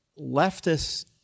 leftists